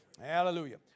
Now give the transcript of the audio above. Hallelujah